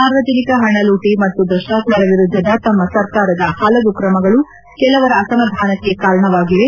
ಸಾರ್ವಜನಿಕ ಹಣ ಲೂಟ ಮತ್ತು ಭ್ರಷ್ಟಾಚಾರ ವಿರುದ್ಧದ ತಮ್ಮ ಸರ್ಕಾರದ ಹಲವು ಕ್ರಮಗಳು ಕೆಲವರ ಅಸಮಾಧಾನಕ್ಕೆ ಕಾರಣವಾಗಿವೆ